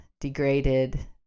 degraded